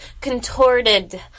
contorted